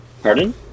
pardon